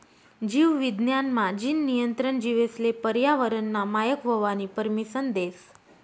जीव विज्ञान मा, जीन नियंत्रण जीवेसले पर्यावरनना मायक व्हवानी परमिसन देस